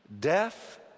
death